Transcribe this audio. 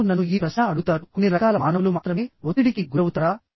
ప్రజలు నన్ను ఈ ప్రశ్న అడుగుతారుః కొన్ని రకాల మానవులు మాత్రమే ఒత్తిడికి గురవుతారా